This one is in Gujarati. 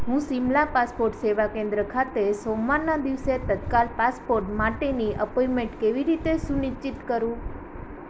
હું શિમલા પાસપોર્ટ સેવા કેન્દ્ર ખાતે સોમવારના દિવસે તત્કાલ પાસપોર્ટ માટેની એપોઇમેન્ટ કેવી રીતે સુનિશ્ચિત કરું